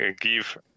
give